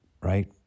Right